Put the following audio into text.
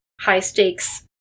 high-stakes